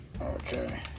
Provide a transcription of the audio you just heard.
Okay